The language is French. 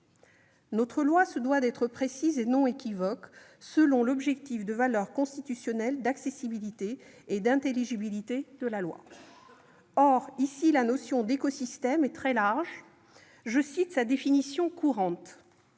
Notre loi doit être précise et non équivoque, selon l'objectif de valeur constitutionnelle d'accessibilité et d'intelligibilité de la loi. Or la notion d'écosystème est très large. Je cite sa définition courante